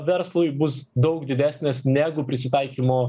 verslui bus daug didesnės negu prisitaikymo